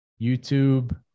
YouTube